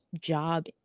job